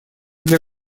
для